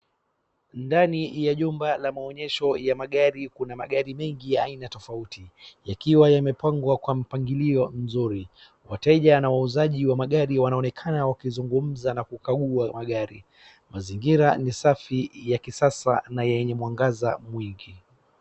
Ndani ya jumba la maonyesho ya magari kuna magari mingi aina tofauti yakiwa yamepangwa kwa mpangilio mzuri. Wateja na wauzaji wa magari wanaonekana wakizungumza na kukagua magari. Mazingira ni safi ya kisasa na yenye mwangaza mwingi.